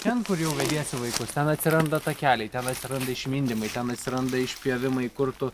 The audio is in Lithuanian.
ten kur jau vediesi vaikus ten atsiranda takeliai ten atsiranda išmindymai ten atsiranda išpjovimai kur tu